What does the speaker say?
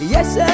Yes